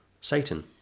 Satan